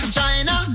China